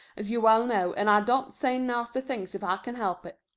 as you well know, and i don't say nasty things if i can help it.